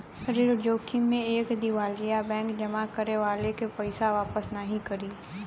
ऋण जोखिम में एक दिवालिया बैंक जमा करे वाले के पइसा वापस नाहीं करी